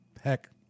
heck